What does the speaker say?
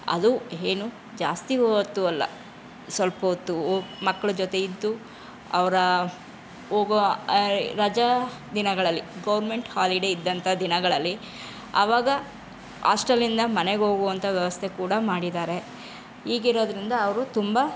ಅದು ಏನು ಜಾಸ್ತಿ ಹೊತ್ತು ಅಲ್ಲ ಸ್ವಲ್ಪೊತ್ತು ಮಕ್ಳ ಜೊತೆ ಇದ್ದು ಅವ್ರು ಹೋಗುವ ರಜಾ ದಿನಗಳಲ್ಲಿ ಗೋರ್ಮೆಂಟ್ ಹಾಲಿಡೇ ಇದ್ದಂಥ ದಿನಗಳಲ್ಲಿ ಅವಾಗ ಹಾಸ್ಟಲ್ಲಿನಿಂದ ಮನೆಗೋಗುವಂಥ ವ್ಯವಸ್ಥೆ ಕೂಡಾ ಮಾಡಿದ್ದಾರೆ ಹೀಗಿರೋದರಿಂದ ಅವರು ತುಂಬ